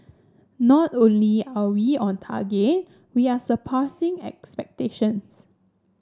not only are we on target we are surpassing expectations